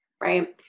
Right